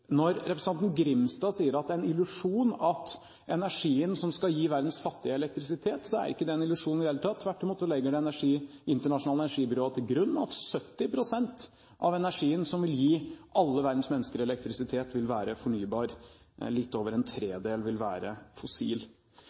Når representanten Grimstad sier at det er en illusjon at det er fornybar energi som skal gi verdens fattige elektrisitet, så er ikke det en illusjon i det hele tatt. Tvert imot legger Det internasjonale energibyrået til grunn at 70 pst. av energien som vil gi alle verdens mennesker elektrisitet, vil være fornybar, og litt over en tredjedel vil være fossil.